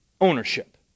Ownership